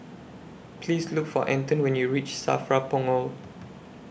Please Look For Anton when YOU REACH SAFRA Punggol